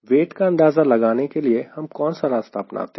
wait का अंदाजा लगाने के लिए हम कौन सा रास्ता अपनाते हैं